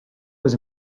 was